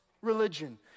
religion